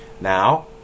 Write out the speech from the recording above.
Now